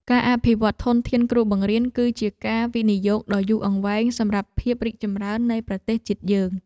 ការអភិវឌ្ឍន៍ធនធានគ្រូបង្រៀនគឺជាការវិនិយោគដ៏យូរអង្វែងសម្រាប់ភាពរីកចម្រើននៃប្រទេសជាតិយើង។